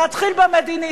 נתחיל במדיני,